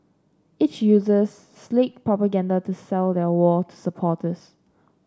each uses slick propaganda to sell their war to supporters